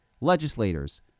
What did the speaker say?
legislators